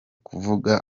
kuvuga